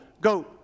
go